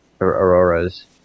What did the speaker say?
auroras